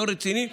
לא רציני.